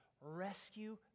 rescue